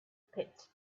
pit